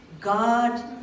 God